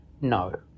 no